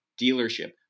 dealership